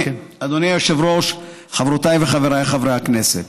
אדוני היושב-ראש, חברותיי וחבריי הכנסת,